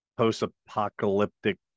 post-apocalyptic